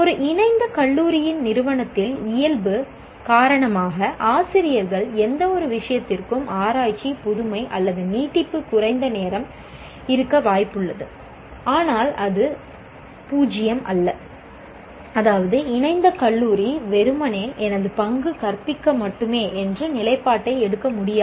ஒரு இணைந்த கல்லூரியில் நிறுவனத்தின் இயல்பு காரணமாக ஆசிரியர்கள் எந்தவொரு விஷயத்திற்கும் ஆராய்ச்சி புதுமை அல்லது நீட்டிப்புக்கு குறைந்த நேரம் இருக்க வாய்ப்புள்ளது ஆனால் அது 0 அல்ல அதாவது இணைந்த கல்லூரி வெறுமனே எனது பங்கு கற்பிக்க மட்டுமே என்ற நிலைப்பாட்டை எடுக்க முடியாது